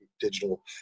digital